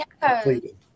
completed